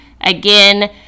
Again